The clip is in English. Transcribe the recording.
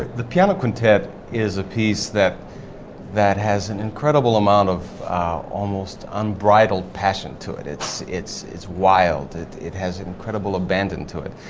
the piano quintet is a piece that that has an incredible amount of almost unbridled passion to it, it's it's wild it it has incredible abandoned to it.